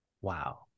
Wow